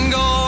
go